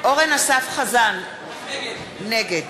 אורן אסף חזן, נגד